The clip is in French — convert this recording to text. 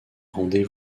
rendez